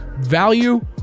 value